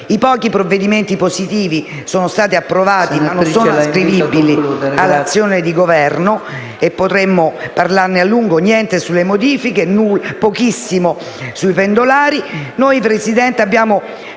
I pochi provvedimenti positivi sono stati approvati, ma non sono ascrivibili all'azione di Governo, e potremmo parlarne a lungo. Non vi è niente sulle modifiche e pochissimo sui pendolari,